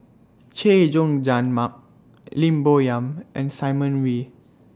Chay Jung Jun Mark Lim Bo Yam and Simon Wee